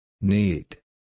Need